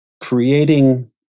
creating